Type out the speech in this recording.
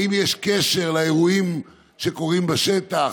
האם יש קשר לאירועים שקורים בשטח